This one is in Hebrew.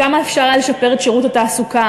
כמה אפשר היה לשפר את שירות התעסוקה,